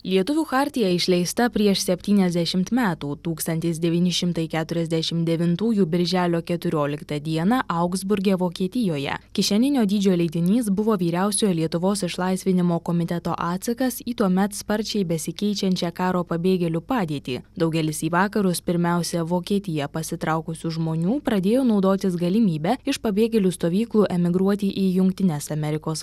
lietuvių chartija išleista prieš septyniasdešimt metų tūkstantis devyni šimtai keturiasdešim devintųjų birželio keturioliktą dieną augsburge vokietijoje kišeninio dydžio leidinys buvo vyriausiojo lietuvos išlaisvinimo komiteto atsakas į tuomet sparčiai besikeičiančią karo pabėgėlių padėtį daugelis į vakarus pirmiausia vokietiją pasitraukusių žmonių pradėjo naudotis galimybe iš pabėgėlių stovyklų emigruoti į jungtines amerikos